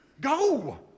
Go